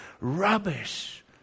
rubbish